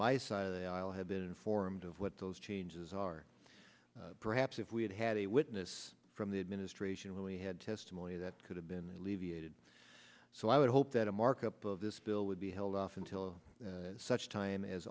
my side of the aisle had been informed of what those changes are perhaps if we had had a witness from the administration we had testimony that could have been alleviated so i would hope that a markup of this bill would be held off until such time